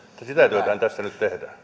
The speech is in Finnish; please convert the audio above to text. sitä työtähän tässä nyt